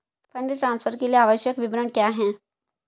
Fund transfer के लिए आवश्यक विवरण क्या हैं?